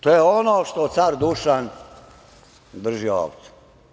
To je ono što car Dušan drži ovde.